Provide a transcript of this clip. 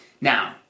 Now